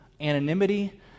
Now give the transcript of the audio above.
anonymity